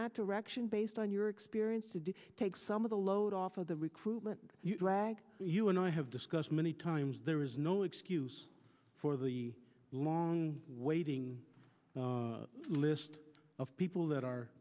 that direction based on your experience to do take some of the load off of the recruitment you and i have discussed many times there is no excuse for the long waiting list of people that are